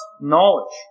knowledge